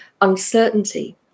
uncertainty